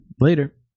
later